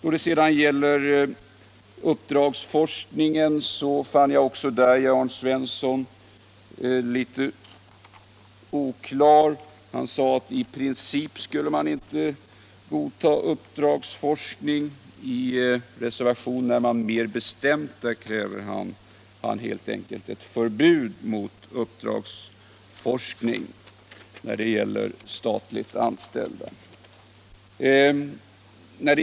Vad sedan gäller uppdragsforskning fann jag också där att herr Svensson i Malmö var litet oklar. Han sade att av princip skall man inte godta uppdragsforskning. I reservationen kräver man helt enkelt ett förbud mot sådan forskning när det gäller statligt anställda.